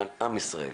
למען עם ישראל.